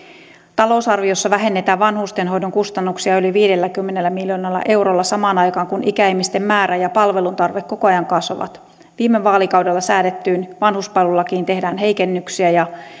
talousarviossa vähennetään vanhustenhoidon kustannuksia yli viidelläkymmenellä miljoonalla eurolla samaan aikaan kun ikäihmisten määrä ja palveluntarve koko ajan kasvavat viime vaalikaudella säädettyyn vanhuspalvelulakiin tehdään heikennyksiä ja